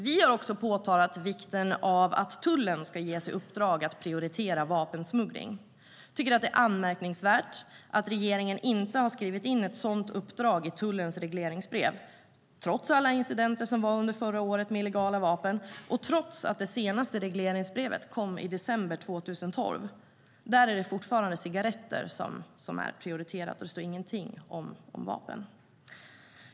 Vi har också påtalat vikten av att tullen ska ges i uppdrag att prioritera vapensmuggling. Vi tycker att det är anmärkningsvärt att regeringen inte har skrivit in ett sådant uppdrag i tullens regleringsbrev, trots alla incidenter under förra året med illegala vapen och trots att det senaste regleringsbrevet kom i december 2012. Där är det fortfarande cigaretter som är prioriterat. Det står ingenting om vapen.